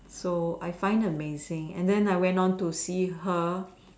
so I find amazing and then I went on to see her